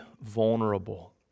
vulnerable